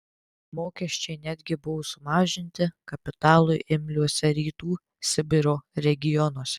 mokesčiai netgi buvo sumažinti kapitalui imliuose rytų sibiro regionuose